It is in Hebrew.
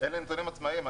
אלה נתונים עצמאים.